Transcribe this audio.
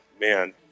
man